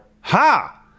ha